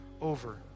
over